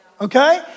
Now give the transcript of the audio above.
okay